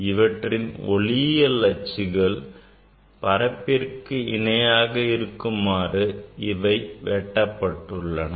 இவற்றின் ஒளியியல் அச்சுகள் பரப்பிற்கு இணையாக இருக்குமாறு இவை வெட்டப்பட்டுள்ளன